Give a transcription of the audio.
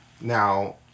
now